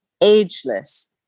ageless